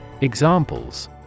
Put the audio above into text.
Examples